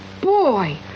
boy